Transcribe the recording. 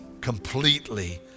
completely